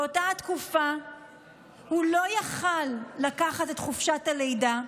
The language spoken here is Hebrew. באותה תקופה הוא לא היה יכול לקחת את חופשת הלידה,